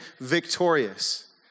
victorious